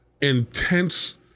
intense